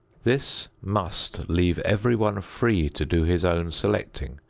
this must leave everyone free to do his own selecting,